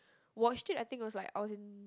watched it I think I was like I was in